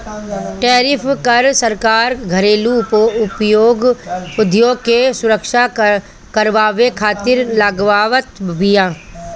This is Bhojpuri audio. टैरिफ कर सरकार घरेलू उद्योग के सुरक्षा करवावे खातिर लगावत बिया